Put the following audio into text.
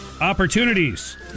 opportunities